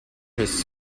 his